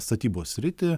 statybos sritį